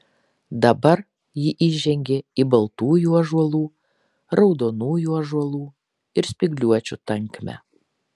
dabar ji įžengė į baltųjų ąžuolų raudonųjų ąžuolų ir spygliuočių tankmę